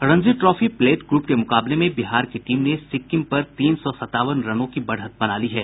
Ranji trophy plate group के मुकाबले में बिहार की टीम ने सिक्किम पर तीन सौ सतावन रनों की बढ़त बना ली है